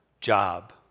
Job